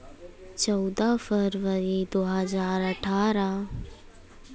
चौदह फरवरी दो हज़ार अठारह